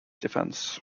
defense